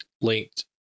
linked